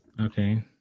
Okay